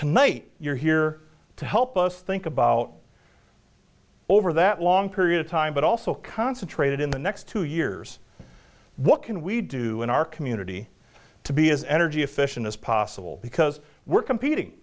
tonight you're here to help us think about over that long period of time but also concentrated in the next two years what can we do in our community to be as energy efficient as possible because we're competing